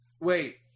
wait